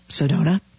Sedona